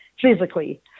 physically